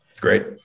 Great